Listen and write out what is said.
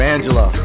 Angela